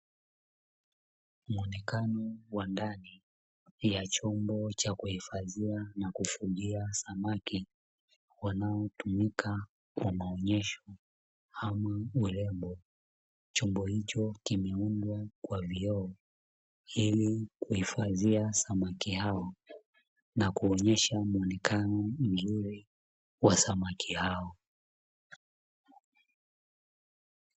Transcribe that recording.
Muonekano wa ndani ya chombo cha kuhifadhiwa na kufugia samaki wanaotumika kwa maonyesho ama urembo. Chombo hicho kimeundwa kwa vyoo ili kuhifadhia samaki hao, na kuonyesha muonekano mzuri kwa samaki hao.